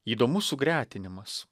įdomus sugretinimas